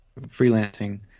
freelancing